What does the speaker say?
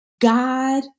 God